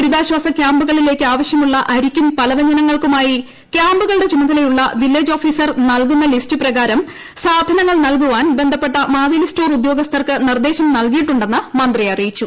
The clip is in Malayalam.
ദുരിതാശ്വാസ ക്യാമ്പുകളിലേക്ക് ആവശ്യമുള്ള അരിക്കും പലവ്യഞ്ജനങ്ങൾക്കുമായി ക്യാമ്പുകളുടെ ചുമതലയുള്ള വില്ലേജ് ഓഫീസർ നൽകുന്ന ലിസ്റ്റ് പ്രകാരം സാധനങ്ങൾ നൽകുവാൻ ബന്ധപ്പെട്ട മാവേലിസ്റ്റോർ ഉദ്യോഗസ്ഥർക്ക് നിർദ്ദേശം നൽകിയിട്ടുണ്ടെന്ന് മന്ത്രി അറിയിച്ചു